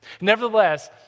Nevertheless